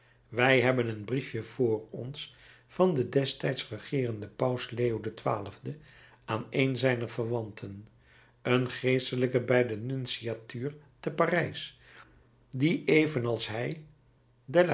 wij hebben een briefje voor ons van den destijds regeerenden paus leo xii aan een zijner verwanten een geestelijke bij de nunciatuur te parijs die evenals hij